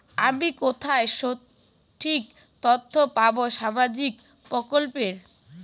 আমি কোথায় সঠিক তথ্য পাবো সামাজিক প্রকল্পের?